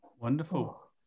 Wonderful